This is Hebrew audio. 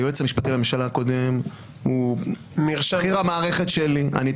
היועץ המשפטי לממשלה הקודם הוא בכיר המערכת שלי.